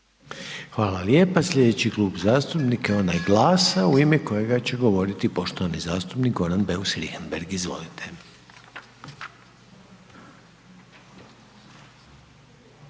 Hvala lijepo. Slijedeći Klub zastupnika je onaj GLAS-a u ime kojega će govoriti poštovani zastupnik Goran Beus Richembergh, izvolite.